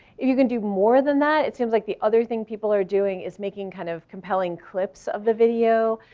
if you can do more than that, it seems like the other thing people are doing is making kind of compelling clips of the video.